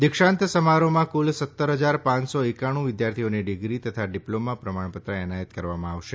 દીક્ષાંત સમારોહમાં કુલ સત્તર હજાર પાંચસો એકાણું વિધાર્થીઓને ડિગ્રી તથા ડિપ્લોમાં પ્રમાણપત્ર એનાયત કરવામાં આવશે